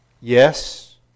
yes